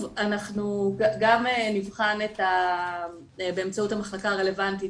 אנחנו גם נבחן באמצעות המחלקה הרלוונטית